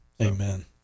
Amen